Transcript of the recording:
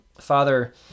Father